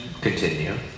Continue